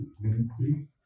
ministry